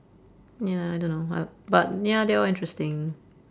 ya I don't know but but ya they were interesting